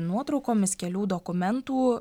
nuotraukomis kelių dokumentų